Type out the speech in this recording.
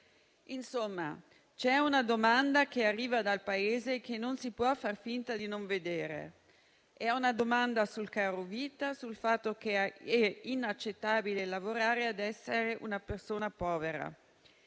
Insomma c'è una domanda che arriva dal Paese che non si può far finta di non vedere. È una domanda sul carovita, sul fatto che è inaccettabile lavorare ed essere una persona povera.